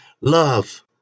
love